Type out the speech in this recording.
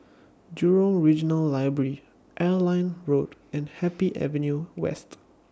Jurong Regional Library Airline Road and Happy Avenue West